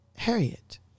Harriet